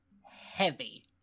heavy